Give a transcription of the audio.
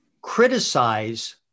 criticize